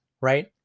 right